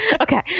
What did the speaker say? Okay